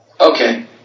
Okay